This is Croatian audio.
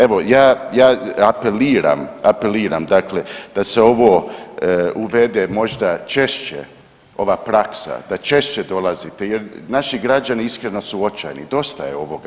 Evo, ja, ja, apeliram, apeliram dakle da se ovo uvede možda češće ova praksa, da češće dolazite jer naši građani iskreno su očajni, dosta je ovoga.